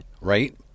right